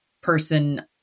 Person